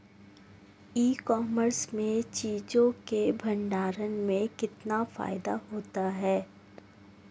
ई commerce में चीज़ों के भंडारण में कितना फायदा होता है?